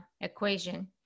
equation